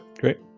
great